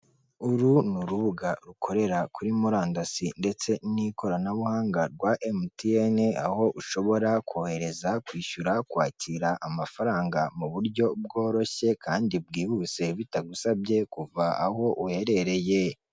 Uru ni urubuga rukorera kuri murandasi ndetse n'ikoranabuhanga rwa emutiyene aho ushobora kohereza kwishyura kwakira amafaranga mu buryo bworoshye, kandi bwihuse bitagusabye kuva aho uherereye.